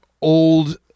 old